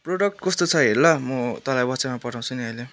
product कस्तो छ हेर ल म तँलाई वाट्सएपमा पठाउँछु नि अहिले